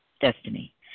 Destiny